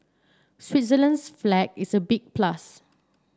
Switzerland's flag is a big plus